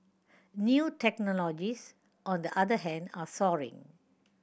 new technologies on the other hand are soaring